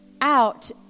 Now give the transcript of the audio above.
out